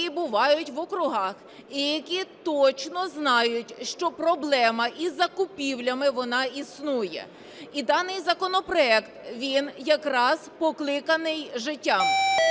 які бувають в округах, і які точно знають, що проблема із закупівлями, вона існує. І даний законопроект, він якраз покликаний життям.